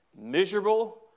Miserable